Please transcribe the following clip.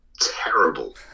terrible